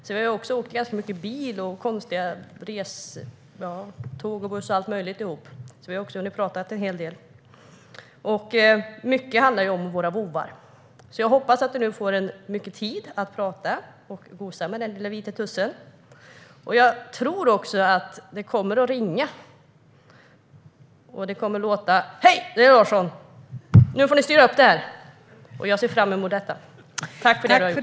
Vi har därför åkt mycket bil, tåg, buss och allt möjligt tillsammans och har hunnit prata en hel del med varandra. Mycket har handlat om våra vovvar. Jag hoppas därför att du nu får mycket tid att prata och gosa med den lilla vita tussen. Jag tror också att telefonen kommer att ringa och att det då kommer att låta så här: "Hej! Det är Larsson. Nu får ni styra upp det här." Jag ser fram emot detta. Tack för allt, Jan-Olof!